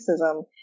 racism